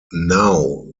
now